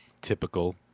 Typical